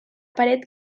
paret